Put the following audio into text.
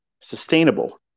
sustainable